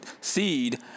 seed